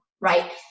right